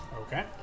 okay